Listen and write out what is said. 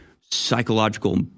psychological